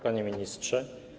Panie Ministrze!